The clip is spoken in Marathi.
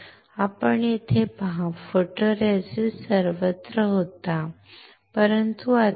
आपण येथे पहा फोटोरेसिस्ट सर्वत्र होता परंतु आता नाही